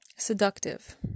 seductive